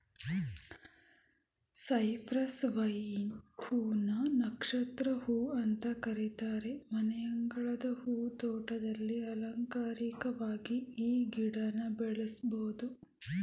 Cyprus vine ಹೂ ನ ನಕ್ಷತ್ರ ಹೂ ಅಂತ ಕರೀತಾರೆ ಮನೆಯಂಗಳದ ಹೂ ತೋಟದಲ್ಲಿ ಅಲಂಕಾರಿಕ್ವಾಗಿ ಈ ಗಿಡನ ಬೆಳೆಸ್ಬೋದು